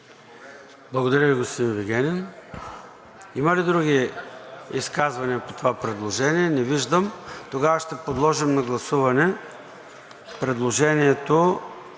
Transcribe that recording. Благодаря Ви, господин Вигенин. Има ли други изказвания по това предложение? Не виждам. Тогава ще подложим на гласуване предложението,